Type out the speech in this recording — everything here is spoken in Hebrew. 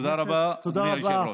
תודה רבה, אדוני היושב-ראש.